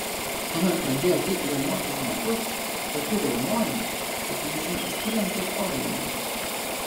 tuomet pradėjo taip riaumoti žmogus tokiu riaumojimu kad nežinia iš kur jam tiek oro imasi